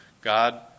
God